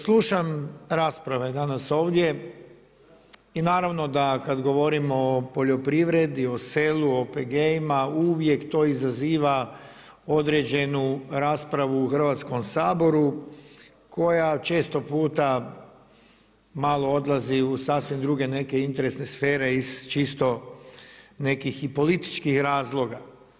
Slušam rasprave danas ovdje i naravno da kad govorimo o poljoprivredi, o selu, o OPG-ima uvijek to izaziva određenu raspravu u Hrvatskom saboru koja često puta malo odlazi u sasvim druge neke interesne sfere iz čisto nekih i političkih razloga.